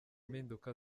mpinduka